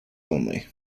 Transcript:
only